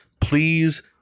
Please